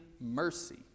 mercy